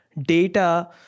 data